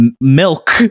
milk